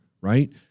right